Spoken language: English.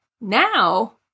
Now